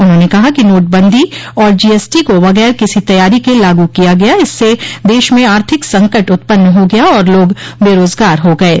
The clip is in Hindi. उन्होंने कहा कि नोटबंदी और जीएसटी को बगैर किसी तैयारी के लागू किया गया इससे देश में आर्थिक संकट उत्पन्न हो गया और लोग बेरोजगार हो गये